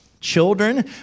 children